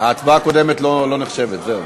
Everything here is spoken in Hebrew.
הקודמת לא נחשבת, זהו.